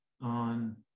on